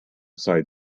side